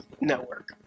network